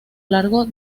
largo